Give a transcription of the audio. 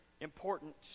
important